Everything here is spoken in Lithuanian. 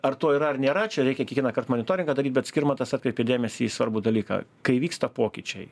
ar to yra ar nėra čia reikia kiekvienąkart monitoringą daryt bet skirmantas atkreipė dėmesį į svarbų dalyką kai vyksta pokyčiai